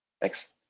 Thanks